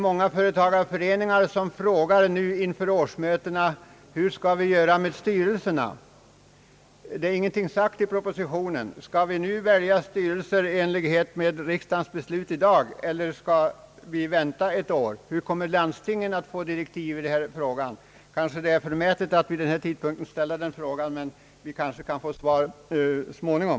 Många företagareföreningar frågar nu inför årsmötena, hur de skall göra med styrelserna. Ingenting härom är sagt i propositionen. Skall vi nu välja styrelser i enlighet med riksda gens beslut i dag, eller skall vi vänta ett år? Hur kommer landstingen att få direktiv i denna fråga? Kanske det är förmätet att vid denna tidpunkt ställa dessa frågor, men vi kan väl få svar så småningom.